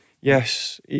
Yes